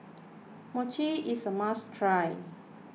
Mochi is a must try